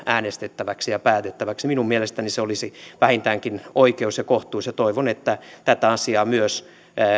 äänestettäväksi ja päätettäväksi minun mielestäni se olisi vähintäänkin oikeus ja kohtuus ja toivon että tätä asiaa myös